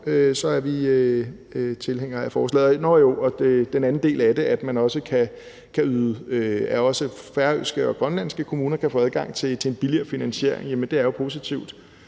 vi er tilhængere af forslaget. Og nåh jo, den anden del af det – at også færøske og grønlandske kommuner kan få adgang til en billigere finansiering – er jo positivt,